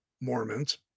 Mormons